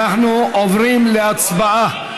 אנחנו עוברים להצבעה.